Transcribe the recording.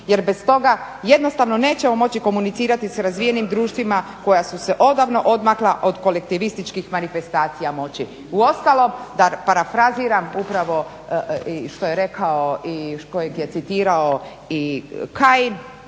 jer bez toga jednostavno nećemo moći komunicirati s razvijenim društvima koja su se odavno odmakla od kolektivističkih manifestacija moći. Uostalom, da parafraziram upravo i što je rekao i kojeg je citirao i Kajin,